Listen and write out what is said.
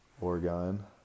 Oregon